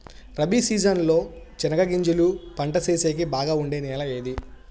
Rabi season లో చెనగగింజలు పంట సేసేకి బాగా ఉండే నెల ఏది?